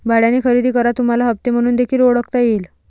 भाड्याने खरेदी करा तुम्हाला हप्ते म्हणून देखील ओळखता येईल